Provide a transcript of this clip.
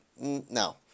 no